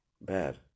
Bad